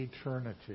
eternity